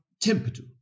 temperature